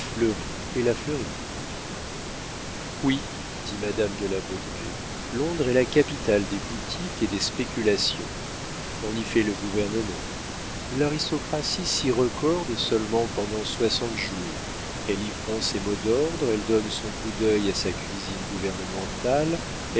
et la fleurit oui dit madame de la baudraye londres est la capitale des boutiques et des spéculations on y fait le gouvernement l'aristocratie s'y recorde seulement pendant soixante jours elle y prend ses mots d'ordre elle donne son coup d'œil à sa cuisine